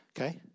Okay